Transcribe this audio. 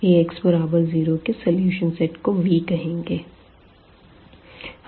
Ax बराबर 0 के solution set को V कहेंगे